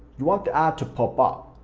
you want the ad to pop up.